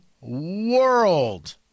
world